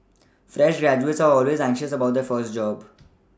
fresh graduates are always anxious about their first job